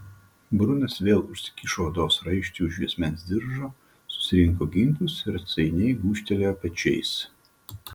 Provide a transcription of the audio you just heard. brunas vėl užsikišo odos raištį už juosmens diržo susirinko ginklus ir atsainiai gūžtelėjo pečiais